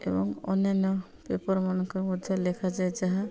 ଏବଂ ଅନ୍ୟାନ୍ୟ ପେପରମାନଙ୍କ ମଧ୍ୟ ଲେଖାଯାଏ ଯାହା